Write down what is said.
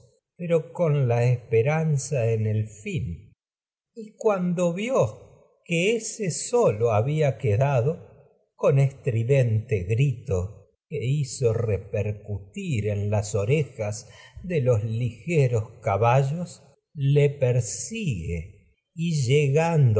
pero con la esperanza el fin cuan que ése solo había quedado en con estridente grito que hizo repercutir y las orejas de los ligeros caballos a le persigue llegando